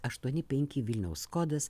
aštuoni penki vilniaus kodas